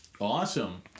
Awesome